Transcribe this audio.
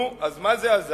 נו, אז מה זה עזר?